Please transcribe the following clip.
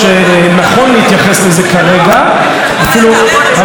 אבל רעיונית אני יכול להשיב לך.